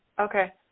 Okay